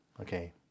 Okay